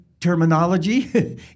terminology